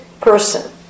person